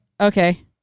okay